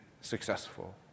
successful